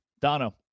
Dono